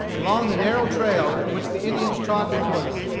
along the narrow trail which the indians trod before them.